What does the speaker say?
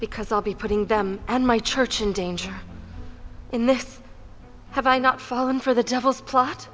because i'll be putting them and my church in danger in this have i not fallen for the devil's plot